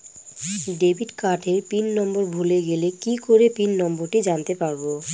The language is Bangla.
ডেবিট কার্ডের পিন নম্বর ভুলে গেলে কি করে পিন নম্বরটি জানতে পারবো?